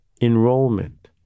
enrollment